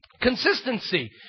consistency